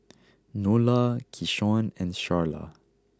Nola Keyshawn and Sharla